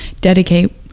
dedicate